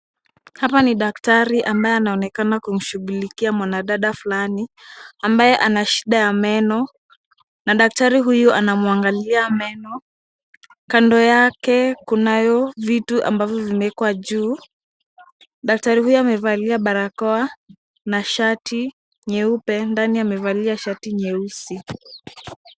Hapa ni daktari anayeonekana kushughulikia mwanadada fulani ambaye anashida ya meno na daktari huyu anamwangalia meno. Kando yake kunayo vitu ambavyo vimewekwa juu. Daktari huyo amevalia barakoa na shati nyeupe ndani amevalia shati nyeusi.